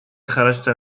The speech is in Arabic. خرجت